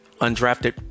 undrafted